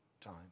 time